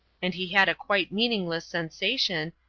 and he had a quite meaningless sensation,